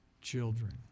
children